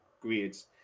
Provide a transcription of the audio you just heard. grades